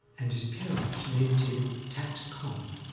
and his parents named him tet khaung,